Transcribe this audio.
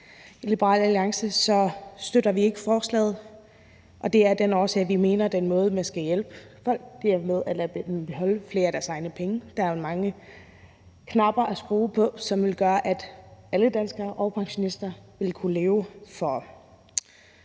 I Liberal Alliance støtter vi ikke forslaget, og det er af den årsag, at vi mener, den måde, man skal hjælpe folk på, er ved at lade dem beholde flere af deres egne penge; der er jo mange knapper at skrue på, som ville gøre, at alle danskere og også pensionister ville få